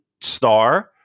star